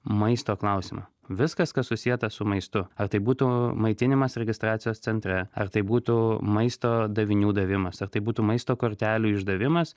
maisto klausimą viskas kas susieta su maistu ar tai būtų maitinimas registracijos centre ar tai būtų maisto davinių davimas ar tai būtų maisto kortelių išdavimas